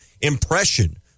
impression